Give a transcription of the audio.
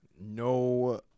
No